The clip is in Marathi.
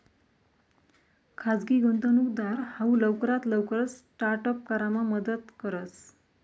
खाजगी गुंतवणूकदार हाऊ लवकरात लवकर स्टार्ट अप करामा मदत करस